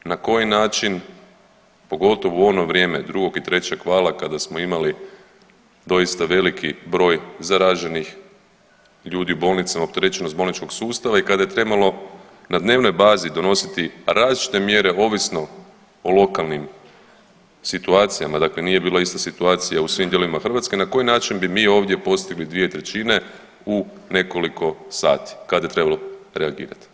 Na koji način pogotovo u ono vrijeme 2. i 3. vala kada smo imali doista veliki broj zaraženih ljudi u bolnicama, opterećenost bolničkog sustava i kada je trebalo na dnevnoj bazi donositi različite mjere ovisno o lokalnim situacijama, dakle nije bila ista situacija u svim dijelovima Hrvatske na koji način bi mi ovdje postigli 2/3 u nekoliko sati kada je trebalo reagirati?